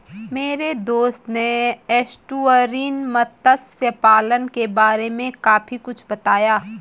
मेरे दोस्त ने एस्टुअरीन मत्स्य पालन के बारे में काफी कुछ बताया